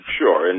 sure